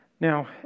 Now